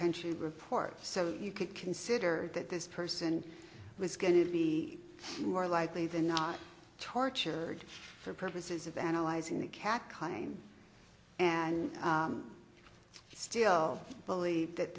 country report so you could consider that this person was going to be more likely than not tortured for purposes of analyzing the cat kind and still believe that